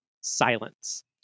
silence